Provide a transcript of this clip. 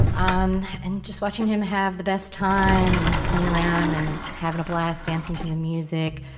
um and just watching him have the best time and playing around and having a blast dancing to the music,